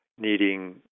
needing